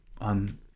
on